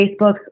Facebook